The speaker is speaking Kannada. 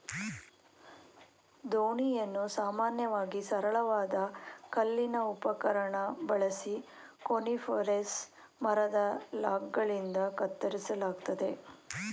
ದೋಣಿಯನ್ನು ಸಾಮಾನ್ಯವಾಗಿ ಸರಳವಾದ ಕಲ್ಲಿನ ಉಪಕರಣ ಬಳಸಿ ಕೋನಿಫೆರಸ್ ಮರದ ಲಾಗ್ಗಳಿಂದ ಕತ್ತರಿಸಲಾಗ್ತದೆ